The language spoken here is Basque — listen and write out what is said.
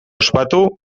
ospatu